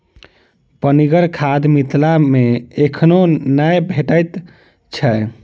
पनिगर खाद मिथिला मे एखनो नै भेटैत छै